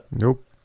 Nope